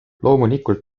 loomulikult